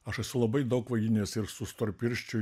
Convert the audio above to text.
aš esu labai daug vaidinęs ir su storpirščiu